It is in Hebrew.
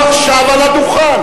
אני מבקש, הוא עכשיו על הדוכן.